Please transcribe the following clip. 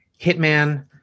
Hitman